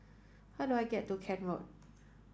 how do I get to Kent Road